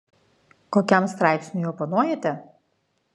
kokiam straipsniui oponuojate